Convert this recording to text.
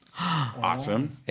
Awesome